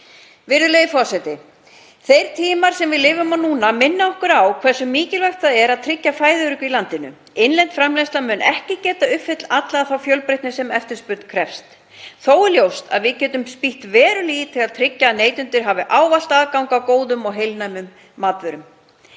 Virðulegi forseti. Þeir tímar sem við lifum á núna minna okkur á hversu mikilvægt það er að tryggja fæðuöryggi í landinu. Innlend framleiðsla mun ekki geta uppfyllt alla þá fjölbreytni sem eftirspurn krefst. Þó er ljóst að við getum spýtt verulega í til að tryggja að neytendur hafi ávallt aðgang að góðum og heilnæmum matvörum.